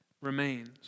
remains